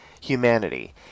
humanity